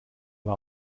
war